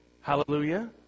hallelujah